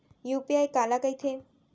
UPI काला कहिथे?